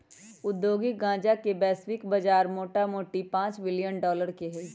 औद्योगिक गन्जा के वैश्विक बजार मोटामोटी पांच बिलियन डॉलर के हइ